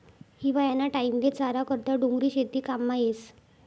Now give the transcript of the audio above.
हिवायाना टाईमले चारा करता डोंगरी शेती काममा येस